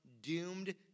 doomed